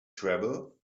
travel